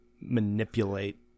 manipulate